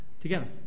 together